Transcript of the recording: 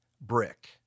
brick